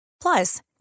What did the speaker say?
Plus